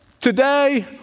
today